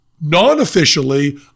Non-officially